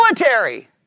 military